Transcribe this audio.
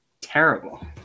terrible